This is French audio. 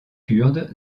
kurde